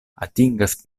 atingas